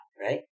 right